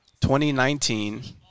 2019